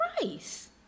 price